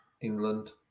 England